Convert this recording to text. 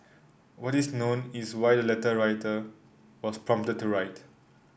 what is known is why the letter writer was prompted to write